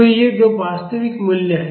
तो ये दो वास्तविक मूल्य हैं